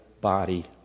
body